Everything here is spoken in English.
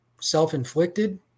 self-inflicted